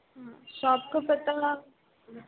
तो आपको पता मैम